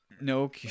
No